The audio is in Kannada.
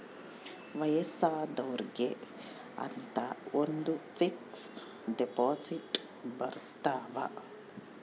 ವಯಸ್ಸಾದೊರ್ಗೆ ಅಂತ ಒಂದ ಫಿಕ್ಸ್ ದೆಪೊಸಿಟ್ ಬರತವ